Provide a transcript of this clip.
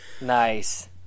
Nice